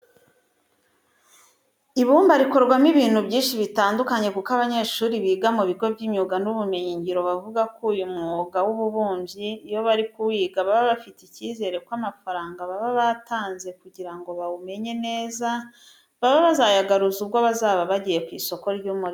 Ibumba rikorwamo ibintu byinshi bitandukanye kuko abanyeshuri biga mu bigo by'imyuga n'ubumenyingiro bavuga ko uyu mwuga w'ububumbyi iyo bari kuwiga baba bafite icyizere ko amafaranga baba batanze kugira ngo bawumenye neza, baba bazayagaruza ubwo bazaba bagiye ku isoko ry'umurimo.